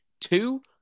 two